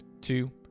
two